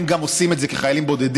הם גם עושים את זה כחיילים בודדים,